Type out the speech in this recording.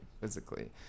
physically